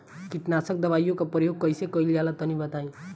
कीटनाशक दवाओं का प्रयोग कईसे कइल जा ला तनि बताई?